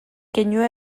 keinua